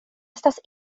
estas